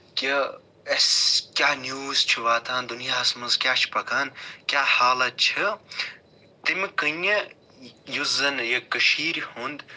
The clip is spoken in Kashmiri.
کہِ اَسہِ کیاہ نَوٕز چھُ واتان دُنیاہَس منٛز کیاہ چھُ پَکان کیاہ حالت چھِ تَمہِ کِنہِ یُس زَن یہِ کٔشیٖر ہُند